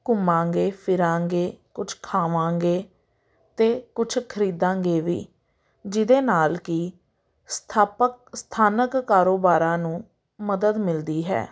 ਘੁੰਮਾਂਗੇ ਫਿਰਾਂਗੇ ਕੁਛ ਖਾਵਾਂਗੇ ਅਤੇ ਕੁਛ ਖਰੀਦਾਂਗੇ ਵੀ ਜਿਹਦੇ ਨਾਲ ਕਿ ਸਥਾਪਕ ਸਥਾਨਿਕ ਕਾਰੋਬਾਰਾਂ ਨੂੰ ਮਦਦ ਮਿਲਦੀ ਹੈ